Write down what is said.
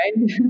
right